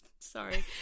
sorry